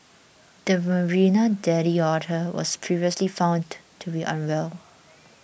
the Marina daddy otter was previously found to be unwell